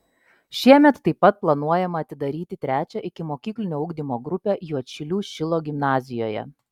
šiemet taip pat planuojama atidaryti trečią ikimokyklinio ugdymo grupę juodšilių šilo gimnazijoje